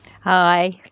Hi